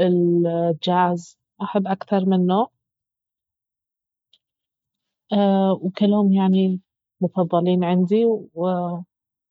الجاز احب اكثر من نوع وكلهم يعني مفضلين عندي